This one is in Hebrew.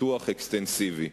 ופיתוח אקסטנסיבי.